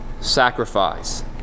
sacrifice